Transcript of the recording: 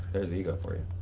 there's ego for you.